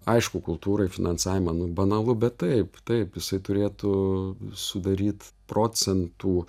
aišku kultūrai finansavimą nu banalu bet taip taip jisai turėtų sudaryt procentų